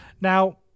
Now